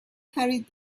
carried